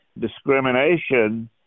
discrimination